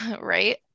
right